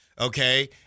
Okay